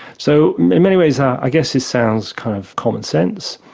so in many ways i guess this sounds kind of common sense,